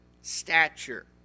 stature